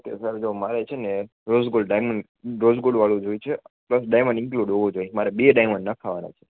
sir જો મારે છે ને રોઝ ગોલ્ડ ડાઈમંડ રોઝ ગોલ્ડવાળું જોઈએ છે પ્લસ ડાઈમંડ ઈનકલુડ હોવો જોઈએ મારે બે ડાઈમંડ નાખવાના છે